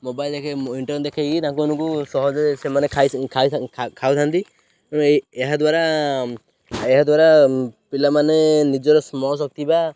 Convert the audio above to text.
mobile ଦେଖାଇ internet ଦେଖାଇକି ତାଙ୍କଙ୍କୁ ସହଜରେ ସେମାନେ ଖାଉଥାନ୍ତି ତେଣୁ ଏହାଦ୍ୱାରା ଏହାଦ୍ୱାରା ପିଲାମାନେ ନିଜର ସ୍ମରଣ ଶକ୍ତି ବା